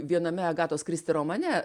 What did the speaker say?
viename agatos kristi romane